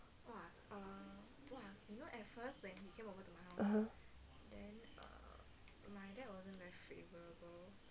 why eh